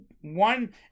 one